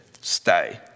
stay